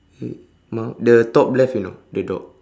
uh no top left you know the dog